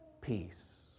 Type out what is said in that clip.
peace